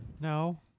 No